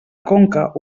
conca